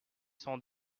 cent